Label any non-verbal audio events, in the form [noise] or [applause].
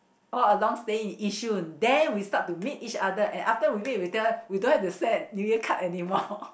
all along staying in Yishun then we start to meet each other and after we meet we tell we don't have to send New Year card anymore [laughs]